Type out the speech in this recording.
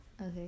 Okay